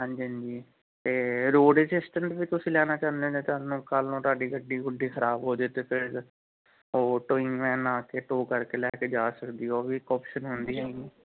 ਹਾਂਜੀ ਹਾਂਜੀ ਅਤੇ ਰੋਡ ਅਸਿਸਟੈਂਟ ਵੀ ਤੁਸੀਂ ਲੈਣਾ ਚਾਹੁੰਦੇ ਜੇ ਤੁਹਾਨੂੰ ਕੱਲ੍ਹ ਨੂੰ ਤੁਹਾਡੀ ਗੱਡੀ ਗੁੱਡੀ ਖ਼ਰਾਬ ਹੋ ਜਾਵੇ ਅਤੇ ਫਿਰ ਉਹ ਟੋਇੰਗ ਵੈਨ ਆ ਟੋ ਕਰਕੇ ਲੈ ਕੇ ਜਾ ਸਕਦੀ ਉਹ ਵੀ ਇੱਕ ਆਪਸ਼ਨ ਹੁੰਦੀ ਹੈਗੀ